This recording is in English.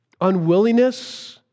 unwillingness